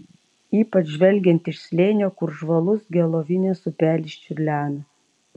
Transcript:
ypač žvelgiant iš slėnio kur žvalus gelovinės upelis čiurlena